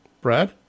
Brad